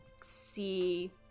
see